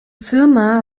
firma